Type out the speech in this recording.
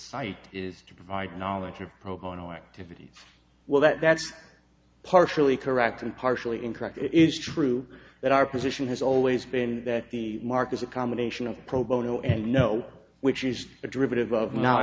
site is to provide knowledge of problem no activity well that's partially correct and partially incorrect it's true that our position has always been that the mark is a combination of pro bono and know which is a derivative of now